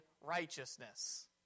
righteousness